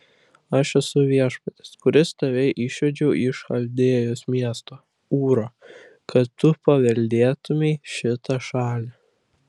aš esu viešpats kuris tave išvedžiau iš chaldėjos miesto ūro kad tu paveldėtumei šitą šalį